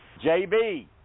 JB